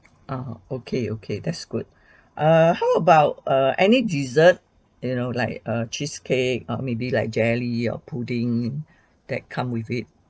oh okay okay that's good err how about err any dessert you know like a cheesecake err maybe like jelly or pudding that come with it